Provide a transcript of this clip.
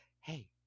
Hey